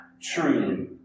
truly